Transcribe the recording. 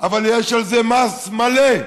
אבל יש על זה מס מלא.